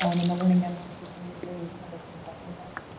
um and the learning management system usually handles things like homework,